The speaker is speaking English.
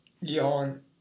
Yawn